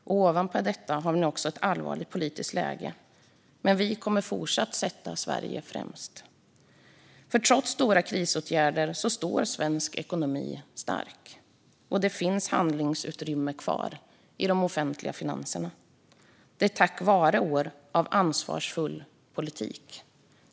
Och ovanpå detta har vi nu också ett allvarligt politiskt läge. Men vi kommer att fortsatt sätta Sverige främst. Trots stora krisåtgärder står svensk ekonomi stark, och det finns handlingsutrymme kvar i de offentliga finanserna. Det är tack vare år av ansvarsfull politik.